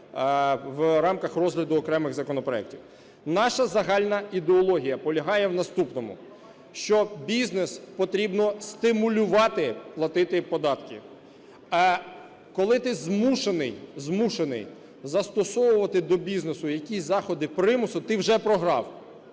в рамках розгляду окремих законопроектів. Наша загальна ідеологія полягає в наступному, що бізнес потрібно стимулювати платити податки. Коли ти змушений, змушений застосовувати до бізнесу якісь заходи примусу, ти вже програв.